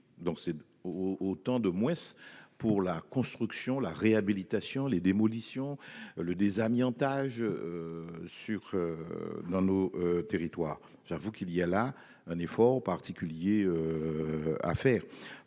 C'est autant de moins pour la construction, la réhabilitation, les démolitions, le désamiantage dans nos territoires. Or il y a là un effort particulier à faire.